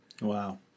Wow